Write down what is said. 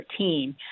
13